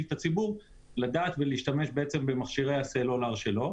את הציבור לדעת ולהשתמש בעצם במכשירי הסלולר שלו.